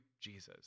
Jesus